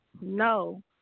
no